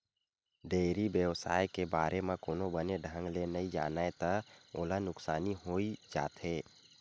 dairy बेवसाय के बारे म कोनो बने ढंग ले नइ जानय त ओला नुकसानी होइ जाथे